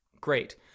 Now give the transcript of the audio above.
Great